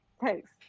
Thanks